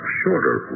shorter